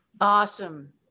Awesome